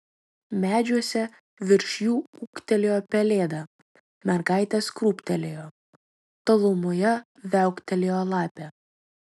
medžiuose virš jų ūktelėjo pelėda mergaitės krūptelėjo tolumoje viauktelėjo lapė